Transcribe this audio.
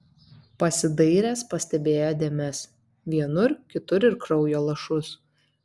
pasidairęs pastebėjo dėmes vienur kitur ir kraujo lašus